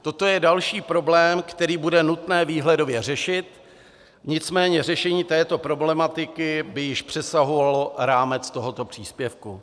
Toto je další problém, který bude nutné výhledově řešit, nicméně řešení této problematiky by již přesahovalo rámec tohoto příspěvku.